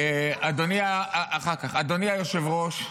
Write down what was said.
אדוני היושב-ראש,